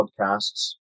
podcasts